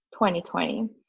2020